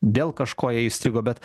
dėl kažko jie įstrigo bet